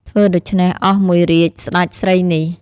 ធ្វើដូចេ្នះអស់មួយរាជ្យសេ្តចស្រីនេះ។